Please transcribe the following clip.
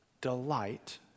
delight